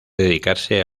dedicarse